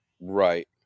right